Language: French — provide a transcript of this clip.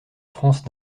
france